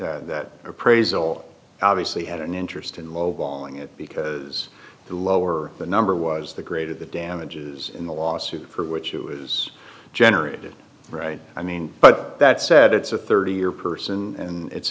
of that appraisal obviously had an interest in low balling it because the lower the number was the greater the damages in the lawsuit for which it was generated right i mean but that said it's a thirty year person and it's